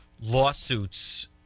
lawsuits